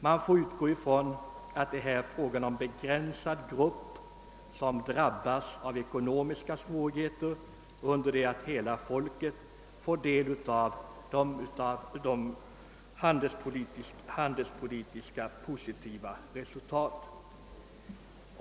Man får utgå från att det i detta fall är fråga om en begränsad grupp som drabbats av ekonomiska bekymmer, under det att hela folket får del av de handelspolitiska positiva resultaten.